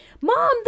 Mom